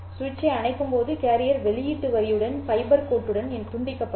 சுவிட்சை அணைக்கும்போது கேரியர் வெளியீட்டு வரியுடன் ஃபைபர் கோட்டுடன் துண்டிக்கப்படும்